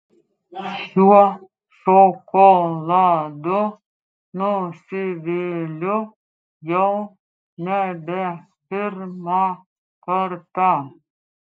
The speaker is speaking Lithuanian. šiuo šokoladu nusiviliu jau nebe pirmą kartą